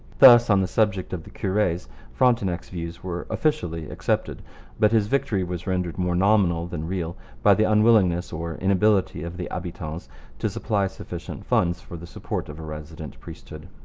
thus on the subject of the cures frontenac's views were officially accepted but his victory was rendered more nominal than real by the unwillingness or inability of the habitants to supply sufficient funds for the support of a resident priesthood.